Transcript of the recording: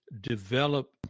develop